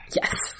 Yes